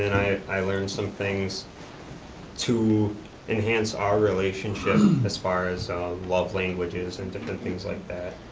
and i i learned some things to enhance our relationship as far as love languages and different things like that.